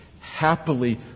happily